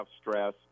stress